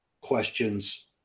questions